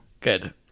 Good